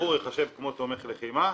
בשחרור ייחשב כמו תומך לחימה.